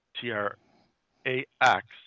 T-R-A-X